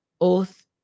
oath